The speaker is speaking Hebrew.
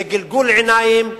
זה גלגול עיניים,